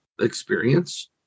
experience